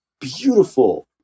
beautiful